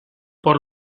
por